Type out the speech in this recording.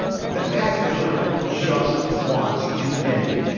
but the vast majority just wants to end it.